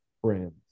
friends